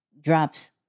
drops